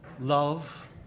love